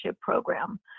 program